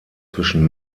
zwischen